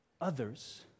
others